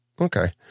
Okay